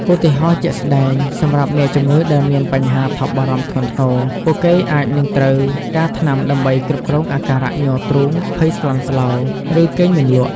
ឧទាហរណ៍ជាក់ស្តែង: សម្រាប់អ្នកជំងឺដែលមានបញ្ហាថប់បារម្ភធ្ងន់ធ្ងរ ពួកគេអាចនឹងត្រូវការថ្នាំដើម្បីគ្រប់គ្រងអាការៈញ័រទ្រូង ភ័យស្លន់ស្លោ ឬគេងមិនលក់។